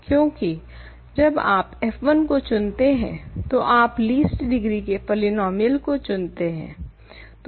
क्यूंकि जब आप f1 को चुनते हैं तो आप लीस्ट डिग्री के पॉलीनोमियल को चुन रहे हैं